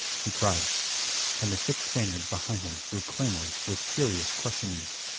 he cried and the six spaniards behind him grew clamorous with furious questionings.